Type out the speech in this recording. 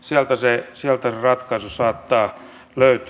sieltä se ratkaisu saattaa löytyä